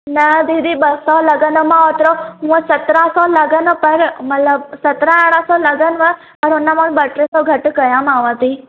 न दीदी ॿ सौ लॻांदीमांव होतिरो हुअं सतरा सौ लॻंदा पर मतलबु सतरा अरिड़हं सौ लॻंदव पर हुन मां बि ॿ टे सौ घटि कयामांव थी